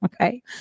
Okay